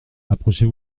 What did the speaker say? approchez